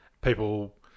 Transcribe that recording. People